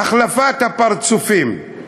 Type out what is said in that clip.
החלפת הפרצופים.